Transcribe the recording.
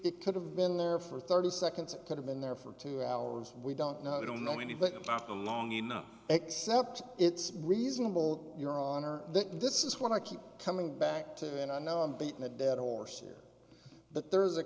it could have been there for thirty seconds it could have been there for two hours we don't know you don't know anything about them long enough except it's reasonable your honor that this is what i keep coming back to and i know i'm beaten a dead horse here but there's a